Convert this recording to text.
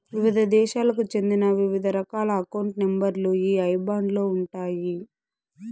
వివిధ దేశాలకు చెందిన వివిధ రకాల అకౌంట్ నెంబర్ లు ఈ ఐబాన్ లో ఉంటాయి